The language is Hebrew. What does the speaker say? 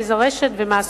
איזו רשת ומה הסכום.